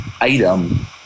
item